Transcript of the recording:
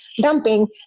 dumping